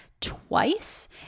twice